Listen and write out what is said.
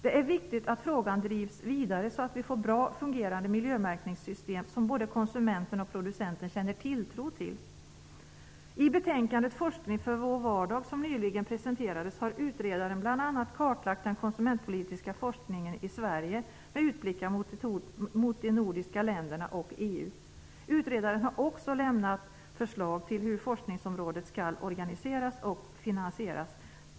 Det är viktigt att frågan drivs vidare så att vi får bra fungerande miljömärkningssystem som både konsumenten och producenten känner tilltro till. I betänkandet Forskning för vår vardag, som nyligen presenterades, har utredaren bl.a. kartlagt den konsumentpolitiska forskningen i Sverige med utblickar mot de nordiska länderna och EU. Utredaren har också lämnat förslag till hur forskningsområdet skall organiseras och finansieras.